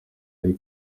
yari